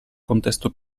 contesto